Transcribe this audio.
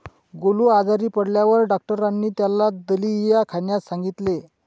गोलू आजारी पडल्यावर डॉक्टरांनी त्याला दलिया खाण्यास सांगितले